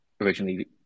originally